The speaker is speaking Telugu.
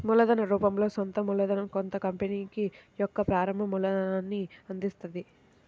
మూలధన రూపంలో సొంత మూలధనం కొత్త కంపెనీకి యొక్క ప్రారంభ మూలాన్ని అందిత్తది